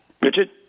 Richard